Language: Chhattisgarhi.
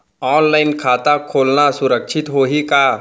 ऑनलाइन खाता खोलना सुरक्षित होही का?